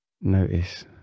Notice